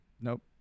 Nope